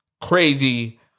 Crazy